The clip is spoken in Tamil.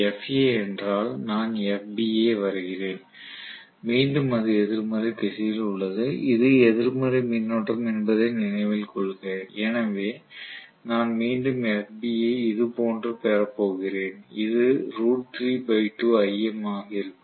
இது FA என்றால் நான் FB ஐ வரைகிறேன் மீண்டும் அது எதிர்மறை திசையில் உள்ளது இது எதிர்மறை மின்னோட்டம் என்பதை நினைவில் கொள்க எனவே நான் மீண்டும் FB ஐ இதுபோன்று பெறப்போகிறேன் இது ஆக இருக்கும் இது FB ஆகும்